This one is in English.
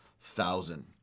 thousand